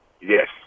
Yes